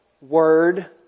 word